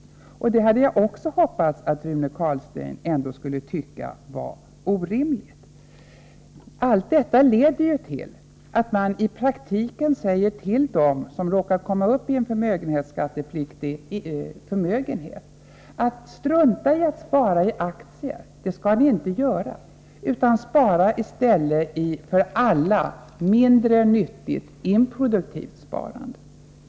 Även på den punkten hade jag hoppats att Rune Carlstein skulle medge att förhållandena är orimliga. Allt detta leder till att man i praktiken uppmanar dem som råkar komma upp i en skattepliktig förmögenhet att strunta i att spara i aktier och att i stället ägna sig åt för alla mindre nyttigt, improduktivt sparande.